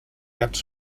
gats